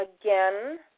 again